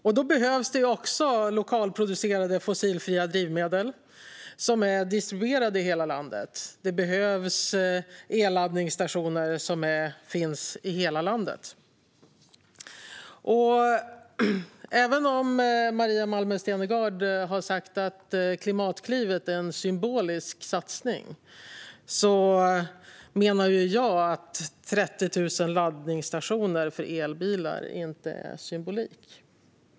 Därför behövs det också lokalproducerade fossilfria drivmedel som är distribuerade i hela landet, och det behöver finnas el-laddstationer i hela landet. Maria Malmer Stenergard har sagt att Klimatklivet är en symbolisk satsning, men jag menar att 30 000 laddstationer inte är symbolik.